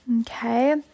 Okay